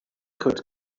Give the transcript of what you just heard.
could